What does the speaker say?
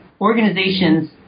organizations